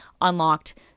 unlocked